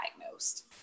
diagnosed